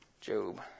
Job